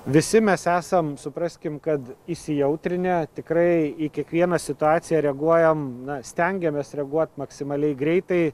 visi mes esam supraskim kad įsijautrinę tikrai į kiekvieną situaciją reaguojam stengiamės reaguot maksimaliai greitai